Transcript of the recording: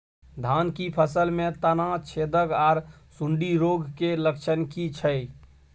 धान की फसल में तना छेदक आर सुंडी रोग के लक्षण की छै?